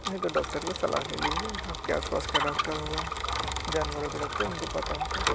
नहीं तो डॉक्टर की सलाह ले लीजिए आप के आस पास का डॉक्टर होगा जानवरों का डॉक्टर उनको पता होता है